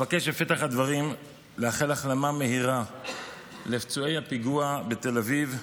בפתח הדברים אבקש לאחל החלמה מהירה לפצועי הפיגוע בתל אביב,